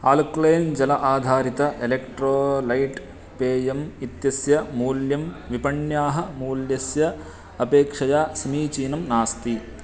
alkaline जल आधारित electrolyte पेयम् इत्यस्य मूल्यं विपण्याः मूल्यस्य अपेक्षया समीचीनं नास्ति